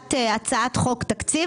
להגשת הצעת חוק תקציב,